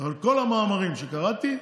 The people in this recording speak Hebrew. אבל בכל המאמרים שקראתי,